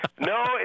No